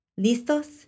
Listos